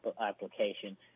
application